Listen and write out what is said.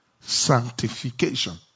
sanctification